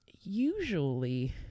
usually